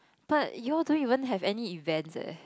but you all don't even have any events eh